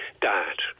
diet